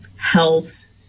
health